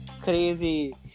crazy